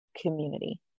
community